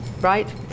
Right